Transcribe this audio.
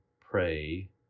pray